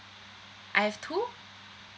I have two